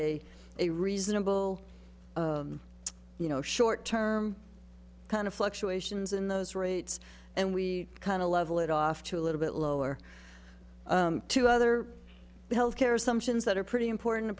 a a reasonable you know short term kind of fluctuations in those rates and we kind of level it off to a little bit lower to other health care assumptions that are pretty important